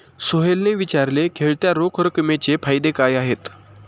सोहेलने विचारले, खेळत्या रोख रकमेचे फायदे काय आहेत?